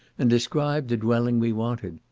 and described the dwelling we wanted.